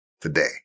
today